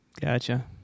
gotcha